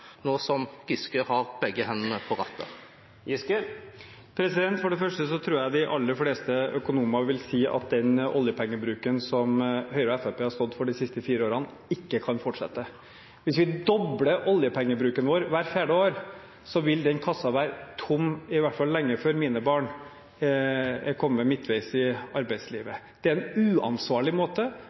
nå som Giske har begge hendene på rattet? For det første tror jeg de aller fleste økonomer vil si at den oljepengebruken som Høyre og Fremskrittspartiet har stått for de siste fire årene, ikke kan fortsette. Hvis vi dobler oljepengebruken vår hvert fjerde år, vil den kassen være tom i hvert fall lenge før mine barn er kommet midtveis i arbeidslivet. Det er en uansvarlig måte